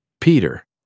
Peter